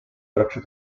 braccio